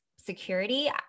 security